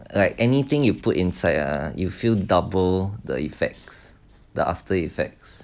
like anything you put inside ah you feel double the effects the after effects